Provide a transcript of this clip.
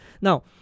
Now